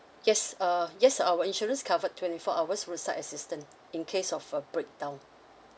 yes uh yes our insurance covered twenty four hours roadside assistance in case of a breakdown